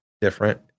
different